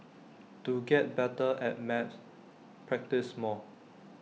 to get better at maths practise more